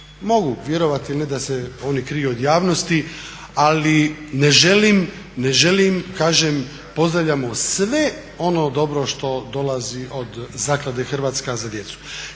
Mogu vjerovati ili ne da se oni kriju od javnosti, ali ne želim kažem pozdravljamo sve ono dobro što dolazi od zaklade "Hrvatska za djecu".